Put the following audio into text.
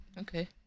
Okay